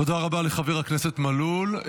תודה רבה לחבר הכנסת מלול.